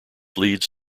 leads